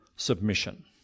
Submission